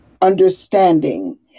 understanding